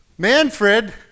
Manfred